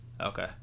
okay